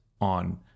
on